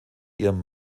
ihrem